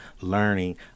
learning